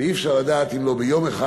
אי-אפשר לדעת אם לא ביום אחד,